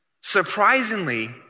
surprisingly